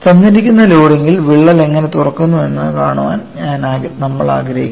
തന്നിരിക്കുന്ന ലോഡിംഗിൽ വിള്ളൽ എങ്ങനെ തുറക്കുന്നു എന്ന് കാണാൻ നമ്മൾ ആഗ്രഹിക്കുന്നു